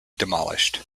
demolished